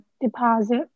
deposit